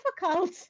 difficult